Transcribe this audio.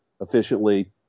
efficiently